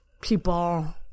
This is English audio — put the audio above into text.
people